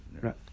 Right